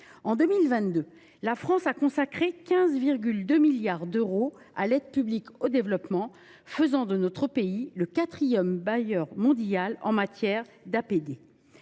En 2022, la France a consacré à 15,2 milliards d’euros à l’aide publique au développement, faisant de notre pays le quatrième bailleur mondial en matière d’aide